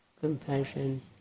compassion